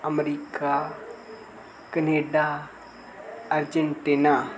America Canada Argentina